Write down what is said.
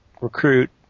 recruit